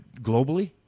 globally